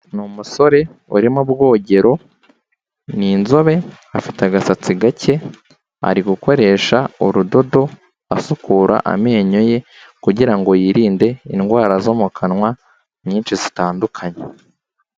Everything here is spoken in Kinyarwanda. Ni umusore uri mu bwogero, ni inzobe afite agasatsi gake, ari gukoresha urudodo asukura amenyo ye kugirango yirinde indwara zo mu kanwa nyinshi zitandukanye.